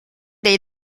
dei